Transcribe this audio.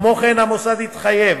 כמו כן, המוסד התחייב